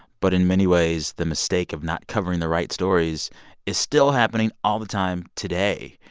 but in many ways, the mistake of not covering the right stories is still happening all the time today.